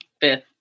fifth